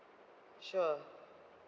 sure